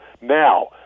Now